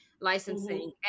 licensing